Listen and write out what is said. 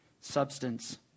substance